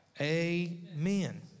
Amen